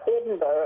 Edinburgh